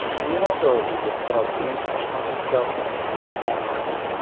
and you know authorities have cut off the internet, cell phones and even landlines.